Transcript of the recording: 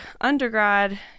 undergrad